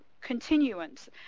continuance